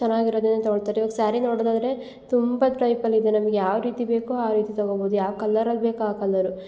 ಚೆನ್ನಾಗಿರೋದನ್ನೆ ತಗೊಳ್ತಾರೆ ಇವಾಗ ಸ್ಯಾರಿ ನೋಡೋದಾದರೆ ತುಂಬ ಟೈಪಲ್ಲಿ ಇದೆ ನಮ್ಗೆ ಯಾವ ರೀತಿ ಬೇಕು ಆ ರೀತಿ ತಗೊಬೋದು ಯಾವ ಕಲ್ಲರಲ್ಲಿ ಬೇಕು ಆ ಕಲ್ಲರ್